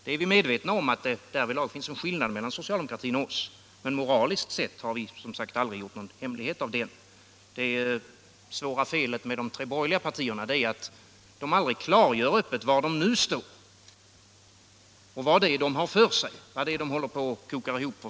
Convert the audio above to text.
Vi är medvetna om att det därvidlag finns en skillnad mellan socialdemokratin och oss. Men moraliskt sett har vi som sagt aldrig gjort någon hemlighet av det. Det svåra felet med de tre borgerliga partierna är att de aldrig klargör öppet var de nu står, vad de har för sig och vilken sorts kompromiss de håller på att koka ihop.